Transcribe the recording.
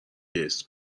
گیتس